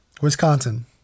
Wisconsin